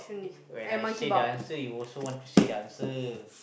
eh when I say the answer you also want to say the answer